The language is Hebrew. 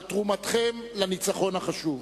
על תרומתכם לניצחון החשוב.